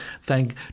thank